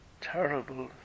terrible